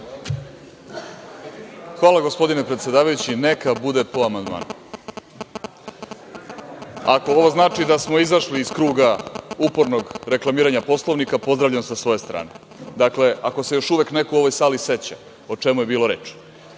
Hvala gospodine predsedavajući, neka bude po amandmanu. Ako ovo znači da smo izašli iz kruga upornog reklamiranja Poslovnika, pozdravljam sa svoje strane. Dakle, ako se još uvek neko u ovoj sali seća o čemu je bilo reči,